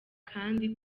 kandi